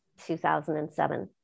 2007